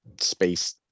space